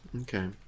Okay